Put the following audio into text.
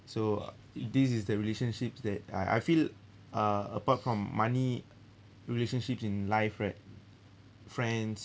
so uh this is the relationships that I I feel uh apart from money relationships in life right friends